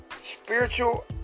spiritual